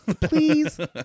Please